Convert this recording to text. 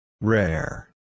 Rare